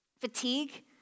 Fatigue